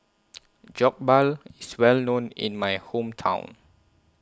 Jokbal IS Well known in My Hometown